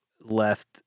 left